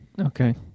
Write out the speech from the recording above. Okay